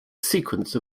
sequence